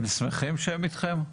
הם שמחים שהם אתכם?